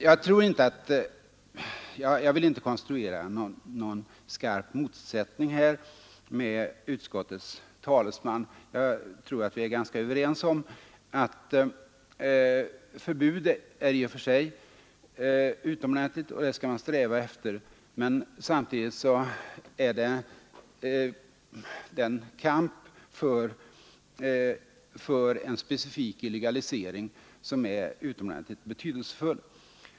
Jag vill här inte konstruera någon skarp motsättning mellan oss och utskottets talesman; jag tror att vi är ganska överens om att ett formellt förbud i och för sig är viktigt och att vi skall sträva efter det. Men samtidigt är kampen, vad regeringar, parlament och folkrörelser gör, för en specifik illegalisering utomordentligt betydelsefull.